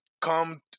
come